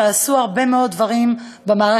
שעשו הרבה מאוד דברים בתרבות,